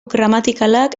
gramatikalak